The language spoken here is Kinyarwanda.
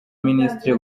ministre